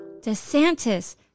DeSantis